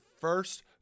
first